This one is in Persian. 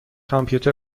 کامپیوتر